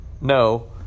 No